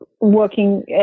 working